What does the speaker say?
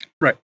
Right